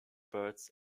birds